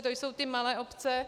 To jsou ty malé obce.